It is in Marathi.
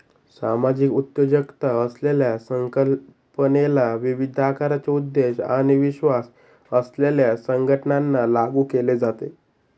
सामाजिक उद्योजकता असलेल्या संकल्पनेला विविध आकाराचे उद्देश आणि विश्वास असलेल्या संघटनांना लागू केले जाते